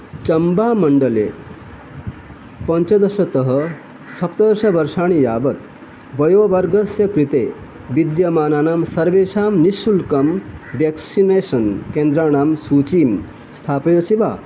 चम्पामण्डले पञ्चदशतः सप्तदशवर्षाणि यावत् वयोवर्गस्य कृते विद्यमानानां सर्वेषां निःशुल्कं व्यक्सिनेषन् केन्द्राणां सूचीं स्थापयसि वा